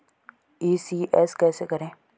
ECS कैसे करें?